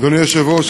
אדוני היושב-ראש,